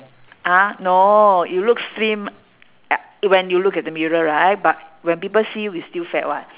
ah no you look slim when you look at the mirror right but when people see you you still fat [what]